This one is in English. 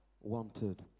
wanted